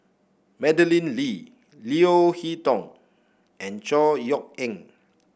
Madeleine Lee Leo Hee Tong and Chor Yeok Eng